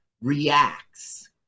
reacts